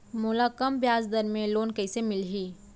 मोला कम ब्याजदर में लोन कइसे मिलही?